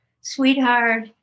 sweetheart